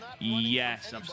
Yes